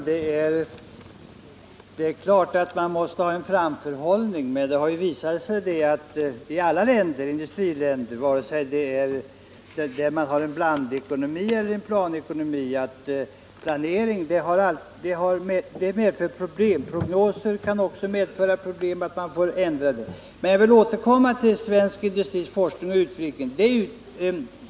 Herr talman! Det är klart att man måste ha en framförhållning. Men det har ju visat sig i alla industriländer — vare sig man har blandekonomi eller planekonomi — att planering medför problem. Prognoser kan också medföra problem: man kan få ändra dem. Jag vill återkomma till svensk industris forskning och utveckling.